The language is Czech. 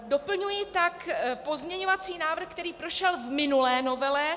Doplňuji tak pozměňovací návrh, který prošel v minulé novele.